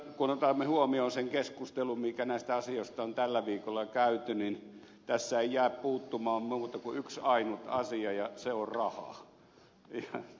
kun otamme huomioon sen keskustelun mitä näistä asioista on tällä viikolla käyty niin tässä ei jää puuttumaan muuta kuin yksi ainut asia ja se on raha